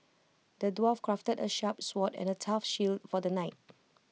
the dwarf crafted A sharp sword and A tough shield for the knight